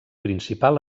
principal